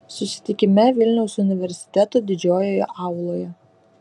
susitikime vilniaus universiteto didžiojoje auloje